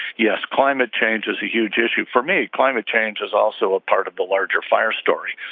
yes climate change is a huge issue for me. climate change is also a part of the larger fire story.